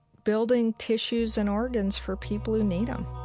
building tissues and organs for people who need them